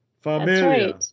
Familiar